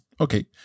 Okay